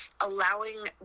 Allowing